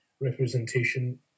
representation